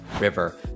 River